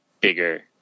bigger